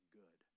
good